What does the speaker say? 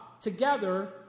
together